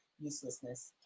uselessness